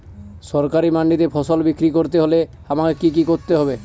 সরকারি মান্ডিতে ফসল বিক্রি করতে হলে আমাকে কি কি করতে হবে?